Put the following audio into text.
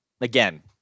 Again